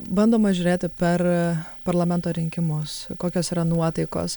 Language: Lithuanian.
bandoma žiūrėti per parlamento rinkimus kokios yra nuotaikos